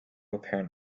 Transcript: apparent